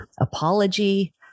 apology